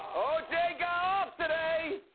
oj got off today.